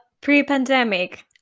pre-pandemic